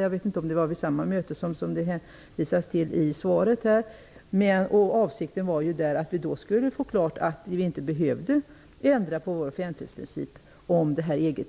Jag vet inte om det var vid samma möte som det hänvisas till i svaret, men avsikten var att det skulle bli klart att Sverige inte behövde ändra sin offentlighetsprincip om EG